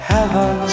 Heaven